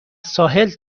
ساحل